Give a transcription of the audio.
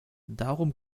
darum